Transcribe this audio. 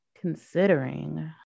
considering